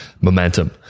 momentum